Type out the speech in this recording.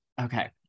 Okay